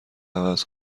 عوض